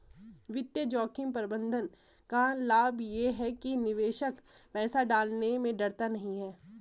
वित्तीय जोखिम प्रबंधन का लाभ ये है कि निवेशक पैसा लगाने में डरता नहीं है